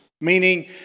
meaning